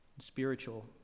spiritual